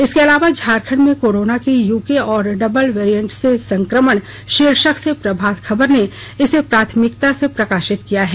इसके अलावा झारखंड में कोरोना के यूके और डबल वेरिएंट से संकमण शीर्षक से प्रभात खबर ने इसे प्राथमिकता से प्रकाशित किया है